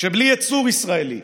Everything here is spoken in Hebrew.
שבלי ייצור ישראלי,